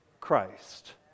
Christ